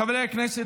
חברי הכנסת,